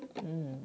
mm